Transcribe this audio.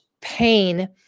pain